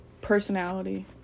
personality